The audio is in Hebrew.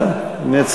אני שמחתי מאוד.